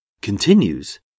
continues